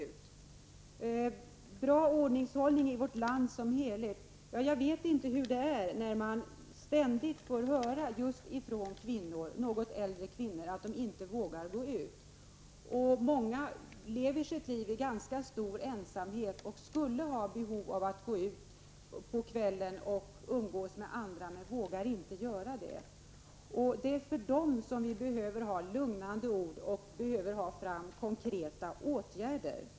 Jag vet inte om det är bra ordningshållning i vårt land som helhet, när vi ständigt får höra från just något äldre kvinnor att de inte vågar gå ut. Många lever sitt liv i ganska stor ensamhet och skulle ha behov av att gå ut på kvällen och umgås med andra, men vågar inte göra det. Det är för dem det behövs lugnande ord och konkreta åtgärder.